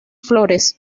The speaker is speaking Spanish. flores